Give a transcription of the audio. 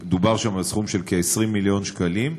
דובר שם על כ-20 מיליון שקלים.